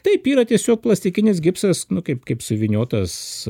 taip yra tiesiog plastikinis gipsas nu kaip kaip suvyniotas